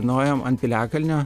nuėjom ant piliakalnio